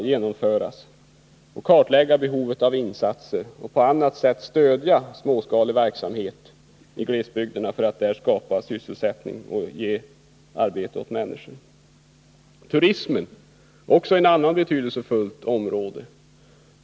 Delegationen skall kartlägga behovet av insatser och på annat sätt stödja småskalig verksamhet i glesbygderna för att där skapa arbete åt människor. Turismen är ett annat betydelsefullt område.